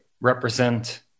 represent